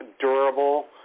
durable